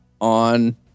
on